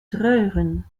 trailrun